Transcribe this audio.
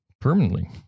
permanently